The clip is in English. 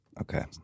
Okay